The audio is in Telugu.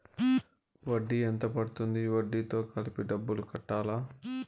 వడ్డీ ఎంత పడ్తుంది? వడ్డీ తో కలిపి డబ్బులు కట్టాలా?